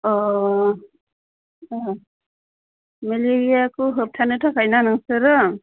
अ मेलेरियाखौ होबथानो थाखायदा नोंसोरो